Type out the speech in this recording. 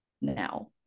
now